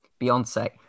Beyonce